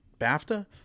BAFTA